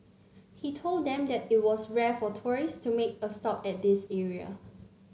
he told them that it was rare for tourists to make a stop at this area